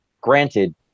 granted